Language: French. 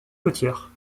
côtière